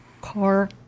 car